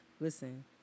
Listen